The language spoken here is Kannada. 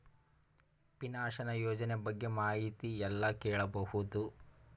ಪಿನಶನ ಯೋಜನ ಬಗ್ಗೆ ಮಾಹಿತಿ ಎಲ್ಲ ಕೇಳಬಹುದು?